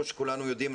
כמו שכולנו יודעים,